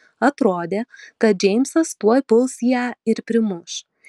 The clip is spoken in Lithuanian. atrodė kad džeimsas tuoj puls ją ir primuš